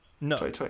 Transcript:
no